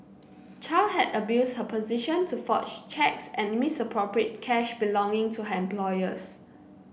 Chow had abused her position to forge cheques and misappropriate cash belonging to her employers